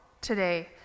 today